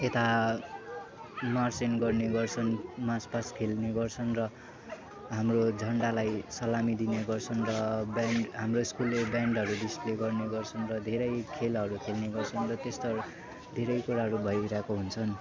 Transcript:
यता मार्चिङ गर्ने गर्छ मार्चपास्ट खेल्ने गर्छन् र हाम्रो झन्डालाई सलामी दिने गर्छन् र ब्यान्ड हाम्रो स्कुलले ब्यान्डहरू डिस्प्ले गर्ने गर्छन् र धेरै खेलहरू खेल्ने गर्छन् र त्यस्तोहरू धेरै कुराहरू भइरहेको हुन्छन्